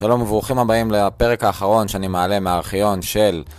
שלום וברוכים הבאים לפרק האחרון שאני מעלה מהארכיון של...